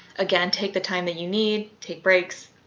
again, take the time that you need, take breaks,